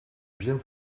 bien